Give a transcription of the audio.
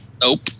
Nope